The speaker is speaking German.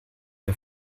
der